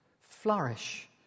flourish